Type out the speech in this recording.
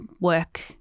work